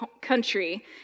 country